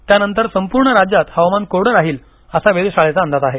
त्यानंतर संपूर्ण राज्यात हवामान कोरडं राहील असा वेधशाळेचा अंदाज आहे